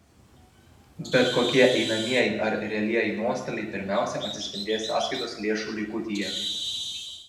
bet kokie einamieji ar realieji nuostoliai pirmiausiai atsispindės sąskaitos lėšų likutyje